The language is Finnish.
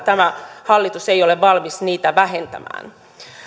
tämä hallitus ei ole valmis vähentämään